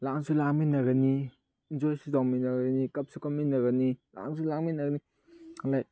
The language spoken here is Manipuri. ꯂꯥꯡꯁꯨ ꯂꯥꯡꯃꯤꯟꯅꯒꯅꯤ ꯑꯦꯟꯖꯣꯏꯁꯨ ꯇꯧꯃꯤꯟꯅꯒꯅꯤ ꯀꯞꯁꯨ ꯀꯞꯃꯤꯟꯅꯒꯅꯤ ꯂꯥꯡꯁꯨ ꯂꯥꯡꯃꯤꯟꯅꯅꯤ ꯂꯥꯏꯛ